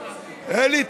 אלי,